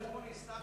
חבר הכנסת אקוניס,